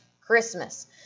Christmas